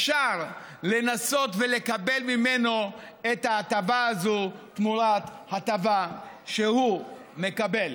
אפשר לנסות ולקבל ממנו את ההטבה הזאת תמורת הטבה שהוא מקבל.